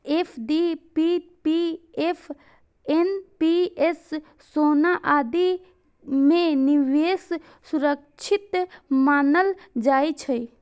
FD, PPF, NPS, सोना आदि मे निवेश सुरक्षित मानल जाइ छै